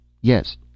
Yes